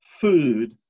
food